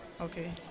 Okay